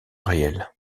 réels